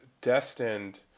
destined